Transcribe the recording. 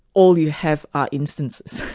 all you have are instances.